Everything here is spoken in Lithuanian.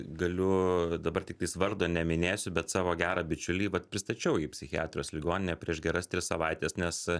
galiu dabar tiktais vardo neminėsiu bet savo gerą bičiulį vat pristačiau į psichiatrijos ligoninę prieš geras tris savaites nes